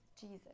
Jesus